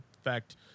Effect